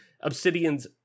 Obsidian's